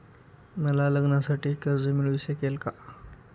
मला लग्नासाठी कर्ज मिळू शकेल का?